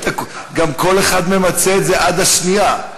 גם כל אחד ממצה את זה עד השנייה.